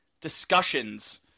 discussions